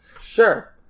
Sure